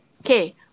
Okay